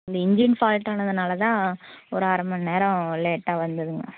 இந்த இன்ஜின் ஃபால்டானதனால்தான் ஒரு அரை மணி நேரம் லேட்டாக வந்ததுங்க